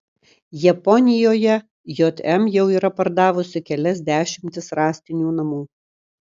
japonijoje jm jau yra pardavusi kelias dešimtis rąstinių namų